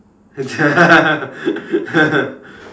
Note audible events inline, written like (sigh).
ya (laughs)